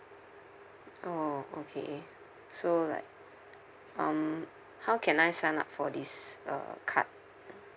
orh okay so like um how can I sign up for this uh card